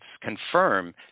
confirm